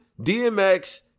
DMX